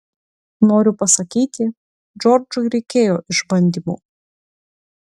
noriu pasakyti džordžui reikėjo išbandymų